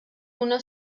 una